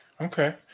Okay